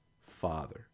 Father